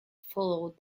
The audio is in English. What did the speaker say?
followed